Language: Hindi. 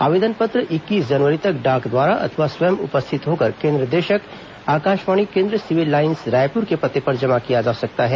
आवेदन पत्र इक्कीस जनवरी तक डाक द्वारा अथवा स्वयं उपस्थित होकर केन्द्र निदेशक आकाशवाणी केन्द्र सिविल लाईन्स रायपुर के पते पर जमा किया जा सकता है